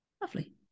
Lovely